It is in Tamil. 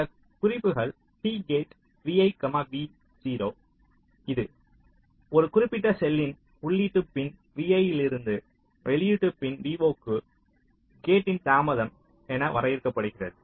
சில குறிப்புகள் T கேட் vi vo இது ஒரு குறிப்பிட்ட செல்லின் உள்ளீட்டு பின் vi லிருந்து வெளியீட்டு பின் vo க்கு கேட்டின் தாமதம் என வரையறுக்கப்படுகிறது